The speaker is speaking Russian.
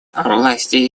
власти